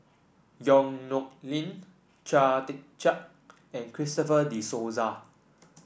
Yong Nyuk Lin Chia Tee Chiak and Christopher De Souza